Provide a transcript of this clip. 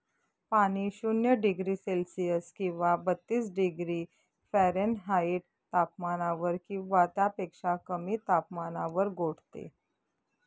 पाणी शून्य degree Celsius किंवा बत्तीस डिग्री फॅरेनहाईट तापमानावर किंवा त्यापेक्षा कमी तापमानावर गोठते